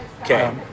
okay